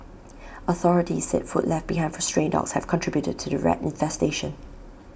authorities said food left behind for stray dogs have contributed to the rat infestation